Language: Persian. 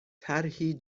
طرحی